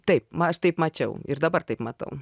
taip aš taip mačiau dabar taip matau